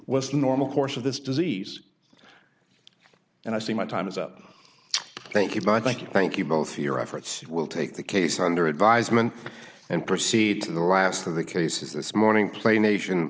was normal course of this disease and i see my time is up thank you but i thank you thank you both for your efforts will take the case under advisement and proceed to the last of the cases this morning play nation